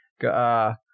got